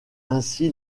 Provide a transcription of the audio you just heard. ainsi